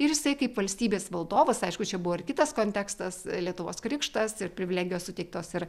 ir jisai kaip valstybės valdovas aišku čia buvo ir kitas kontekstas lietuvos krikštas ir privilegijos suteiktos ir